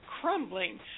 crumbling